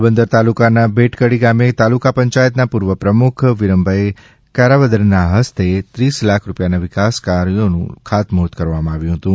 પોરબંદર તાલુકાના ભેટકડી ગામે તાલુકા પંચાયતના પૂર્વ પ્રમુખ વિરમભાઈ કારાવદરાના હસ્તે ત્રીસ લાખ રૂપિયાના વિકાસ કાર્યોનું ખાતમુઠૂર્ત કરવામાં આવ્યું હતું